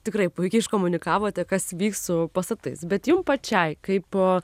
tikrai puikiai iškomunikavote kas vyks su pastatais bet jum pačiai kaip